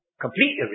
completely